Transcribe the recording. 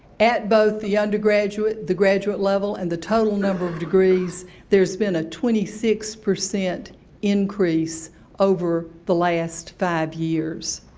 at both the undergraduate, the graduate level and the total number of degrees there's be a twenty six percent increase over the last five years.